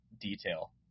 detail